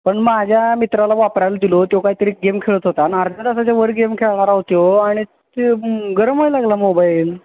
पण माझ्या मित्राला वापरायला दिलो तो कायतरी गेम खेळत होता आणि अर्ध्या तासाच्या वर गेम खेळणारा तो आणि ते गरम व्हायला लागला मोबाईल